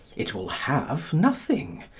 it will have nothing.